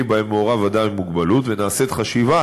שבהם מעורב אדם עם מוגבלות ומתקיימת חשיבה